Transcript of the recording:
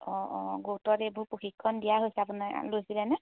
অঁ অঁ গোটত এইবোৰ প্ৰশিক্ষণ দিয়া হৈছে আপোনাৰ লৈছিলেনে